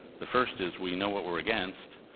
the first is we know what we're against,